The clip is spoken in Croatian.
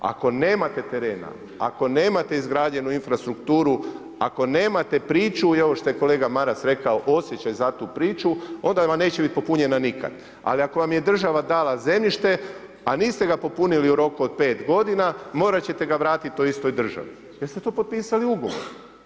Ako nemate terena, ako nemate izgrađenu infrastrukturu, ako nemate priču i ovo što je kolega Maras rekao osjećaj za tu priču, onda vam neće biti popunjena nikad, ali ako vam je država dala zemljište a niste ga popunili u roku od 5 godina, morat ćete ga vratiti toj istoj državi jer ste to potpisali u ugovoru.